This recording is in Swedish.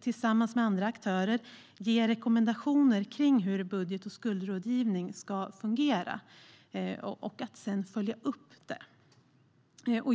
tillsammans med andra aktörer ge rekommendationer om hur budget och skuldrådgivning ska fungera och sedan följa upp det.